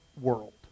world